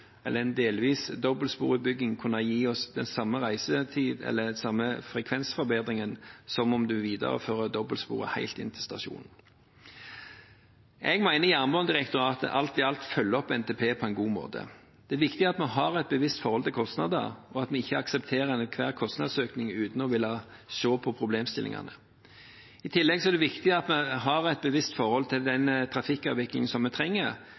eller en delvis dobbeltsporutbygging kunne gi oss den samme frekvensforbedringen som en videreføring av dobbeltspor helt inn til stasjonen. Jeg mener Jernbanedirektoratet alt i alt følger opp NTP på en god måte. Det er viktig at vi har et bevisst forhold til kostnader, og at vi ikke aksepterer enhver kostnadsøkning uten å ville se på problemstillingene. I tillegg er det viktig at vi har et bevisst forhold til den trafikkavviklingen som vi trenger